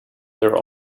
their